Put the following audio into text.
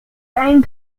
aim